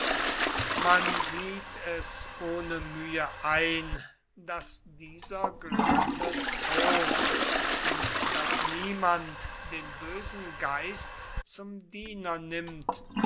man sieht es ohne mühe ein daß dieser glaube trog und daß niemand den bösen geist zum diener nimmt